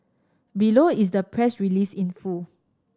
below is the press release in full